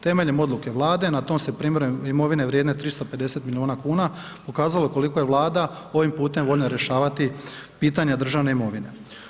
Temeljem Odluke Vlade na tom se ... imovine vrijedne 350 milijuna kuna pokazalo koliko je Vlada ovim putem voljna rješavati pitanje državne imovine.